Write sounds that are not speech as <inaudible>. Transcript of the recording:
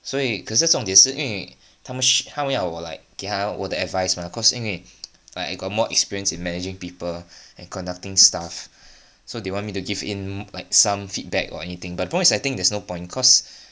所以可是重点就是因为他们他们要我 like 我的 advice mah cause 因为：yin wei like I got more experience in managing people and conducting stuff <breath> so they want me to give in like some feedback or anything but the point is I think there's no point cause